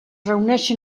reuneixen